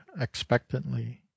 expectantly